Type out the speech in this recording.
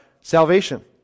salvation